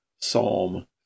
Psalm